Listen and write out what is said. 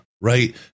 right